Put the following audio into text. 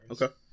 okay